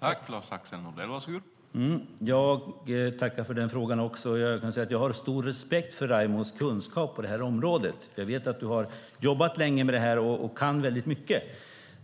Herr talman! Jag tackar också för den frågan. Jag kan säga att jag har stor respekt för Raimos kunskap på området. Jag vet att du har jobbat länge med detta och kan mycket.